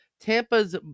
tampa's